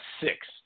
six